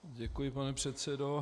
Děkuji, pane předsedo.